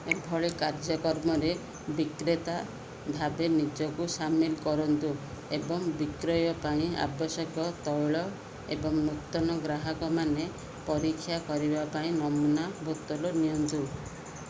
ଏଭଳି କାର୍ଯ୍ୟକ୍ରମରେ ବିକ୍ରେତା ଭାବେ ନିଜକୁ ସାମିଲ କରନ୍ତୁ ଏବଂ ବିକ୍ରୟ ପାଇଁ ଆବଶ୍ୟକ ତୈଳ ଏବଂ ନୂତନ ଗ୍ରାହକମାନେ ପରୀକ୍ଷା କରିବା ପାଇଁ ନମୁନା ବୋତଲ ନିଅନ୍ତୁ